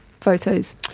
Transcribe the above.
photos